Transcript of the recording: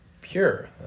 pure